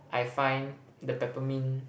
I find the peppermint